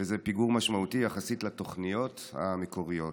וזה פיגור משמעותי יחסית לתוכניות המקוריות.